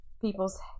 people's